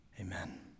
Amen